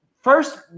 first